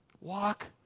Walk